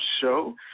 show